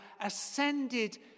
ascended